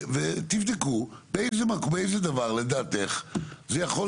ותבדקו באיזה דבר לדעתך, זה יכול